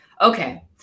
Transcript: Okay